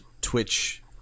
Twitch